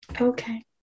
Okay